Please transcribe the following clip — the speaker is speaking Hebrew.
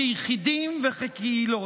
כיחידים וכקהילות.